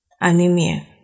anemia